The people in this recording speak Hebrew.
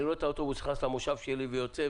רואה את האוטובוס נכנס למושב שלי ויוצא,